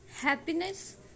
Happiness